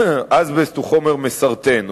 אזבסט הוא חומר מסרטן,